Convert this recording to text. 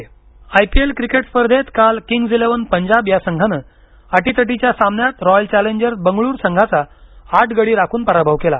IPL IPL cricket स्पर्धेत काल Kings Eleven Punjab या संघानं अटीतटीच्या सामन्यात रॉयल चॅलेन्जर्स बंगळूर संघाचा आठ गडी राखून पराभव केला